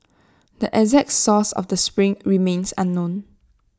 the exact source of the spring remains unknown